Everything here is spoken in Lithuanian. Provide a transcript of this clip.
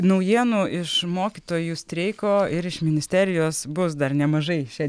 naujienų iš mokytojų streiko ir iš ministerijos bus dar nemažai šią